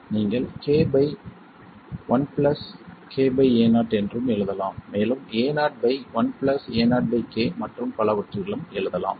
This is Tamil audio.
நீங்கள் k 1 k Ao என்றும் எழுதலாம் மேலும் Ao 1 Ao k மற்றும் பலவற்றிலும் எழுதலாம்